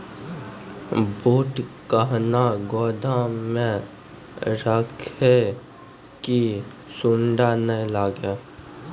बूट कहना गोदाम मे रखिए की सुंडा नए लागे?